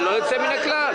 ללא יוצא מן הכלל.